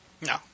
No